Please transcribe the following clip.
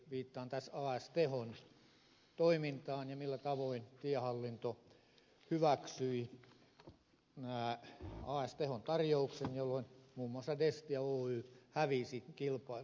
viittaan tässä as tehon toimintaan ja siihen millä tavoin tiehallinto hyväksyi as tehon tarjouksen jolloin muun muassa destia oy hävisi kilpailun